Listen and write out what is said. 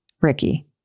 ricky